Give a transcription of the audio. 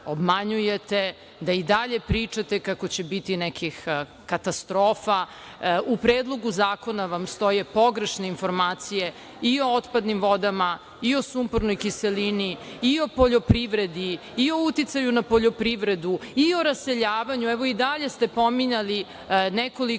obmanjujete, da i dalje pričate kako će biti nekih katastrofa. U Predlogu zakona vam stoji pogrešna informacije i o otpadnim vodama, i o sumpornoj kiselini, i o poljoprivredi, i o uticaju na poljoprivredu, i o raseljavanju. Evo, i dalje ste pominjali nekoliko